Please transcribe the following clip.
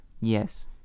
Yes